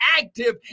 active